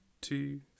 two